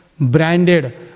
branded